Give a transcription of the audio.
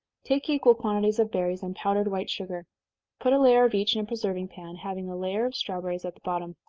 take equal quantities of berries, and powdered white sugar put a layer of each in a preserving pan, having a layer of strawberries at the bottom.